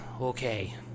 Okay